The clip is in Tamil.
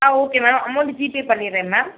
ஆ ஓகே மேம் அமௌண்ட் ஜிபே பண்ணிடுறேன் மேம்